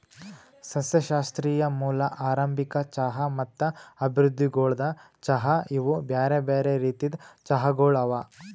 ಸಸ್ಯಶಾಸ್ತ್ರೀಯ ಮೂಲ, ಆರಂಭಿಕ ಚಹಾ ಮತ್ತ ಅಭಿವೃದ್ಧಿಗೊಳ್ದ ಚಹಾ ಇವು ಬ್ಯಾರೆ ಬ್ಯಾರೆ ರೀತಿದ್ ಚಹಾಗೊಳ್ ಅವಾ